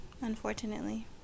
unfortunately